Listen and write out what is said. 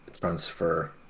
transfer